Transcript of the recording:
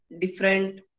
different